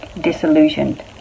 disillusioned